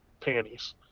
panties